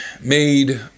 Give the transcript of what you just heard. made